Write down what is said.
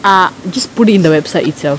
ah just put it in the website itself